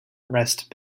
rest